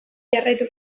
jarraitu